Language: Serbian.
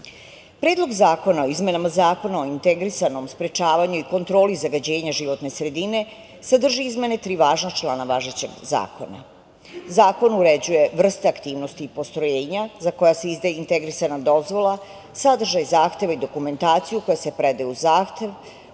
razvoja. Predlog zakona o izmenama Zakona o integrisanom sprečavanju i kontroli zagađenja životne sredine sadrži izmene tri važna člana važećeg zakona. Zakon uređuje vrste aktivnosti postrojenja za koja se izdaje integrisana dozvola, sadržaj zahteva i dokumentaciju koja se predaje uz zahtev,